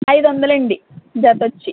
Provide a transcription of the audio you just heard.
ఐదు వందలు అండి జత వచ్చి